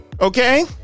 okay